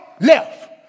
left